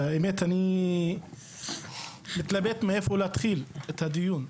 האמת היא שאני מתלבט איפה להתחיל את הדיון.